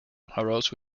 arose